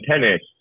tennis